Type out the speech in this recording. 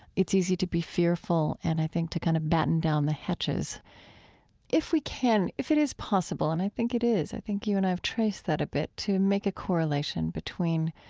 it's easy to be fearful and, i think, to kind of batten down the hatches if we can if it is possible and i think it is. i think you and i have traced that a bit to make a correlation between,